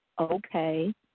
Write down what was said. okay